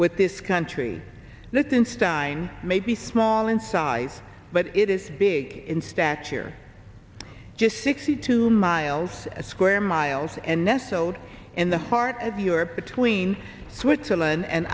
with this country that in stein may be small in size but it is big in stature just sixty two miles square miles and nestled in the heart of europe between switzerland and